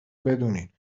بدونین